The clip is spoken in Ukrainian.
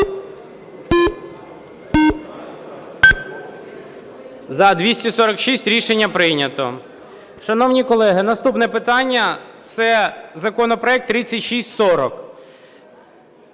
За-246 Рішення прийнято. Шановні колеги, наступне питання – це законопроект 3640